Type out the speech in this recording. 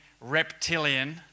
reptilian